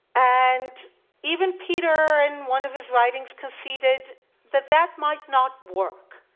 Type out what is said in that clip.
and even peter in one of his writings conceded that that might not work.